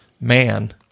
man